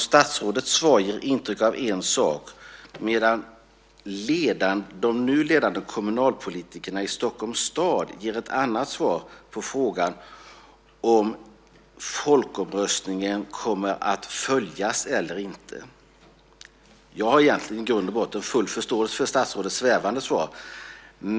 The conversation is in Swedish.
Statsrådets svar ger intryck av en sak, medan de nu ledande kommunalpolitikerna i Stockholms stad ger ett annat svar på frågan om resultatet av folkomröstningen kommer att följas eller inte. Jag har i grund och botten full förståelse för statsrådets svävande svar.